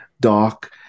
Doc